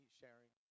sharing